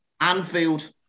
Anfield